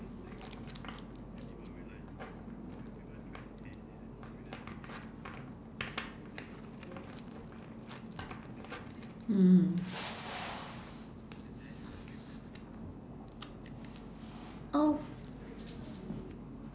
mm oh